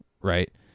right